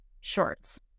Shorts